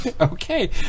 Okay